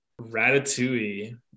Ratatouille